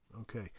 Okay